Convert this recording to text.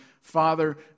Father